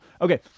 Okay